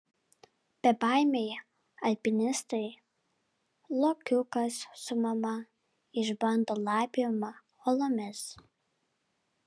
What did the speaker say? bebaimiai alpinistai lokiukas su mama išbando laipiojimą uolomis